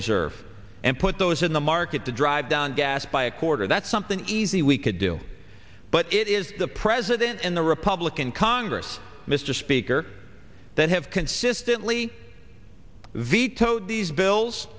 reserve and put those in the market to drive down gas by a quarter that's something easy we could do but it is the president and the republican congress mr speaker that have consistently vetoed these bills